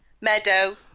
Meadow